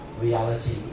reality